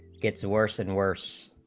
gets worse and worse